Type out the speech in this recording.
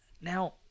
now